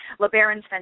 LeBaron's